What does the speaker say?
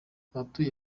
abatuye